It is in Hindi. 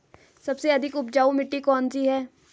सबसे अधिक उपजाऊ मिट्टी कौन सी है?